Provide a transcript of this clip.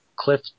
Cliff